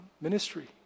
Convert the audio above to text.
ministry